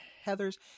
heather's